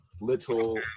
little